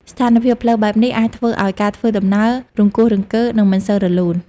ស្ថានភាពផ្លូវបែបនេះអាចធ្វើឱ្យការធ្វើដំណើរ រង្គោះរង្គើ និងមិនសូវរលូន។